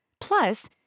Plus